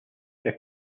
their